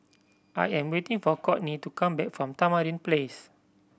I am waiting for Kourtney to come back from Tamarind Place